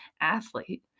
athlete